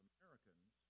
Americans